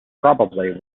probably